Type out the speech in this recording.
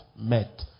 Met